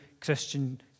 Christian